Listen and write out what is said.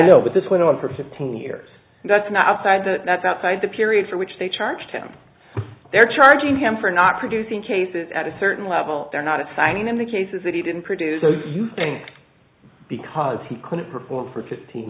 know but this went on for fifteen years that's not side that's outside the period for which they charged him they're charging him for not producing cases at a certain level they're not assigning in the cases that he didn't produce so you think because he couldn't perform for fifteen